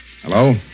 Hello